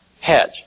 hedge